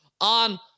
on